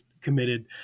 committed